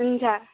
हुन्छ